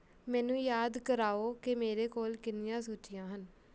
ਮੈਨੂੰ ਯਾਦ ਕਰਾਓ ਕਿ ਮੇਰੇ ਕੋਲ ਕਿੰਨੀਆਂ ਸੂਚੀਆਂ ਹਨ